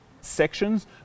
sections